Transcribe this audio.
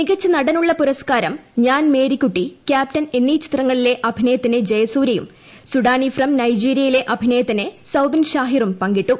മികച്ച നടനുള്ള പുരസ്കാരം ഞാൻ മേരികൂട്ടി കൃാപ്റ്റൻ എന്നീ ചിത്രങ്ങളിലെ അഭിനയത്തിന് ജയസൂര്യയും സുഡാനി ഫ്രം നൈജീരിയിലെ അഭിനയത്തിന് സൌബിൻ ഷാഹിറും പങ്കിട്ടു